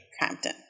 Crampton